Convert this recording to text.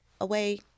away